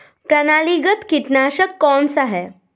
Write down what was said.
प्रणालीगत कीटनाशक कौन सा है?